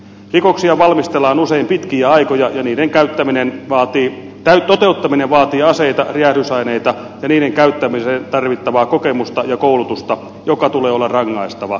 rikoksia valmistellaan usein pitkiä aikoja ja niiden toteuttaminen vaatii aseita räjähdysaineita ja niiden käyttämiseen tarvittavaa kokemusta ja koulutusta jonka tulee olla rangaistavaa